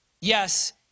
Yes